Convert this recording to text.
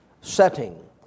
setting